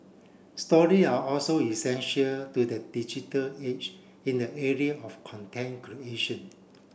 story are also essential to the digital age in the area of content creation